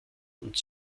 und